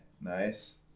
nice